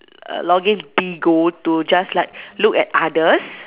log in Bigo to just like look at others